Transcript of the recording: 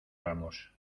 ramos